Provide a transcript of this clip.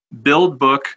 BuildBook